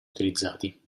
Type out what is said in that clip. utilizzati